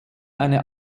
eine